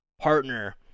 partner